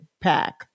pack